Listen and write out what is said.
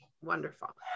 Wonderful